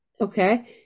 okay